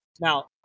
Now